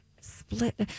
Split